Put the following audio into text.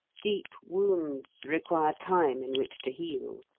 deep wounds require time in which to heal.